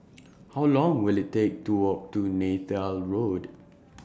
How Long Will IT Take to Walk to Neythal Road